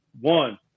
one